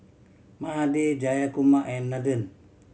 Mahade Jayakumar and Nathan